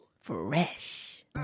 Fresh